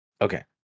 Okay